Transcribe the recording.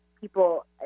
people